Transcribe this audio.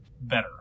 better